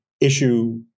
issue